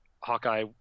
Hawkeye